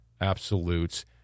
absolutes